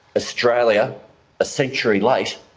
australia a century like